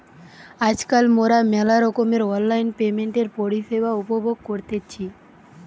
আজকাল মোরা মেলা রকমের অনলাইন পেমেন্টের পরিষেবা উপভোগ করতেছি